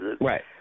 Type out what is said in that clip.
right